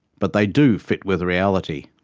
but they do fit with reality,